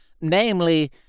namely